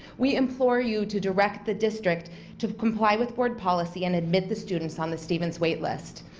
we implore you to direct the district to comply with board policy and admit the students on the stevens waitlist.